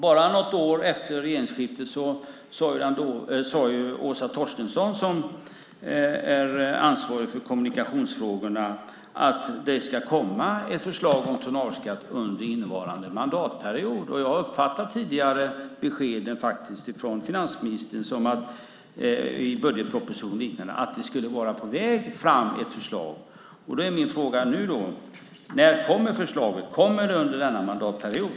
Bara något år efter regeringsskiftet sade Åsa Torstensson, ansvarig för kommunikationsfrågorna, att det ska komma ett förslag om tonnageskatt under innevarande mandatperiod. Jag uppfattar de tidigare beskeden från finansministern i budgetpropositionen som att ett förslag skulle vara på väg. När kommer förslaget? Kommer det under denna mandatperiod?